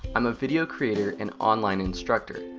i'm a video creator and online instructor.